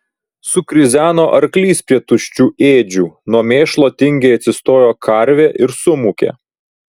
sukrizeno arklys prie tuščių ėdžių nuo mėšlo tingiai atsistojo karvė ir sumūkė